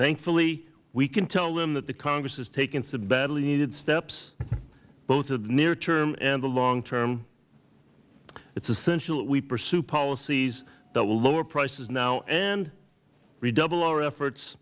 thankfully we can tell them that the congress has taken some badly needed steps both in the near term and the long term it is essential that we pursue policies that will lower prices now and we double our efforts